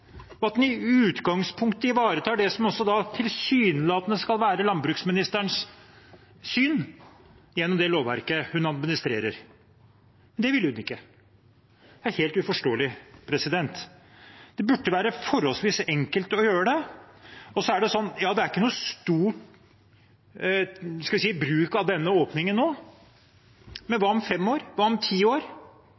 og at man i utgangspunktet ivaretar det som også tilsynelatende skal være landbruksministerens syn gjennom det lovverket hun administrerer. Det ville hun ikke. Det er helt uforståelig. Det burde være forholdsvis enkelt å gjøre det. Det er ikke noe stor – skal vi si – bruk av denne åpningen nå, men hva om fem år, hva om ti år? Hva med